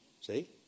See